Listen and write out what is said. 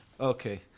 Okay